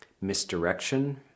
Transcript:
misdirection